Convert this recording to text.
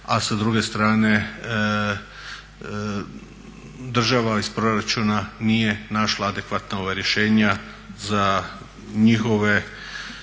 A sa druge strane država iz proračuna nije našla adekvatna rješenja za njihove